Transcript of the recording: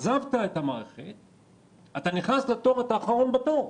אז אתה נכנס לתור ואתה אחרון בתור,